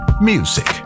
music